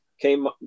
came